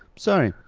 sorry.